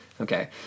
Okay